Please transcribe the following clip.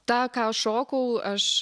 tą ką aš šokau aš